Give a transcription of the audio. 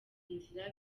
inzira